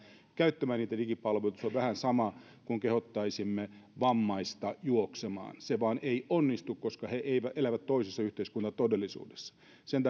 käyttämään niitä digipalveluita se on vähän sama kuin kehottaisimme vammaista juoksemaan se ei vain onnistu koska he elävät toisessa yhteiskuntatodellisuudessa sen